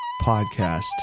Podcast